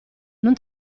non